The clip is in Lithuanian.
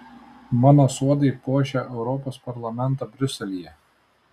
mano sodai puošia europos parlamentą briuselyje